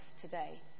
today